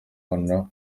abana